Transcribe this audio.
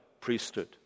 priesthood